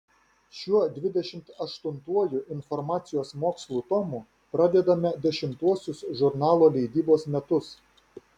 šiuo dvidešimt aštuntuoju informacijos mokslų tomu pradedame dešimtuosius žurnalo leidybos metus